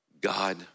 God